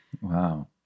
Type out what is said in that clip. Wow